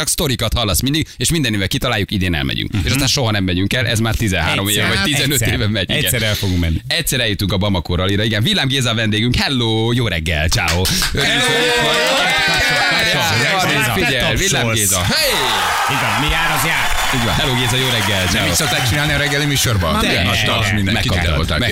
Csak sztorikat hallasz mindig, és mindenivel kitaláljuk, idén elmegyünk. És Mhm. aztán soha nem megyünk el, ez már 13 éve, vagy Egyszer. 15 Egyszer. éve megy, igen. Egyszer el fogunk menni. Egyszer eljutunk a Bamako rallyra, igen. Villám Géza a vendégünk. Hello, jó reggel, csáó. Hey! Örülünk, hogy itt vagy. Hey! Ja, Ja, Jaj, Géza. Géza, Te figyelj, Villám tapsolsz. Géza. Hey! Így van, mi jár, az jár. Így van. Hello, Géza, jó reggel, Nem csáó. így szokták csinálni a reggeli műsorban? Nem, Tegnap nem. tapsz mindenkit. Megkapta, Tehát megkapta. voltak.